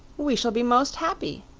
we shall be most happy,